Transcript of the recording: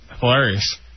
hilarious